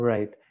Right